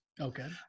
Okay